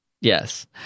yes